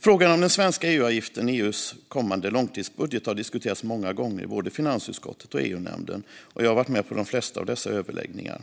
Frågan om den svenska EU-avgiften i EU:s kommande långtidsbudget har diskuterats många gånger i både finansutskottet och EU-nämnden, och jag har varit med på de flesta av dessa överläggningar.